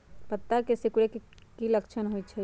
पत्ता के सिकुड़े के की लक्षण होइ छइ?